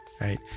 right